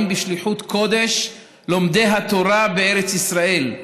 בשליחות קודש: לומדי התורה בארץ ישראל,